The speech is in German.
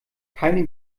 keine